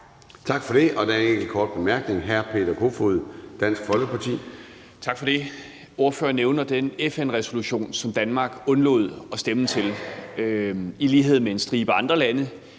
Tak for det. Der er en kort bemærkning fra hr. Peter Kofod, Dansk Folkeparti. Kl. 00:34 Peter Kofod (DF): Tak for det. Ordføreren nævner den FN-resolution, som Danmark undlod at stemme til i lighed med en stribe andre lande.